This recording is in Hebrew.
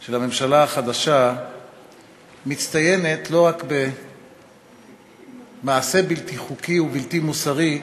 של הממשלה החדשה מצטיינת לא רק במעשה בלתי חוקי ובלתי מוסרי,